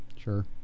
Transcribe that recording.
sure